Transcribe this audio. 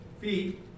feet